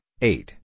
eight